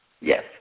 yes